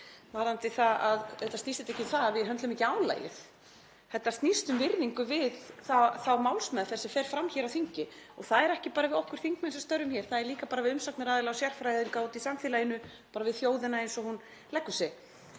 varðandi það að auðvitað snýst þetta ekki um það að við höndlum ekki álagið. Þetta snýst um virðingu við þá málsmeðferð sem fer fram hér á þingi, og það er ekki bara við okkur þingmenn sem störfum hér, það er líka við umsagnaraðila og sérfræðinga úti í samfélaginu, bara við þjóðina eins og hún leggur sig.